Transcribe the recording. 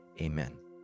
amen